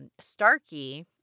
Starkey